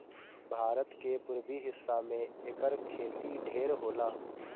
भारत के पुरबी हिस्सा में एकर खेती ढेर होला